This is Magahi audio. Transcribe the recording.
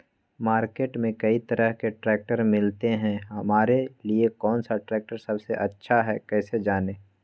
मार्केट में कई तरह के ट्रैक्टर मिलते हैं हमारे लिए कौन सा ट्रैक्टर सबसे अच्छा है कैसे जाने?